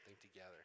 together